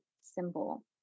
symbol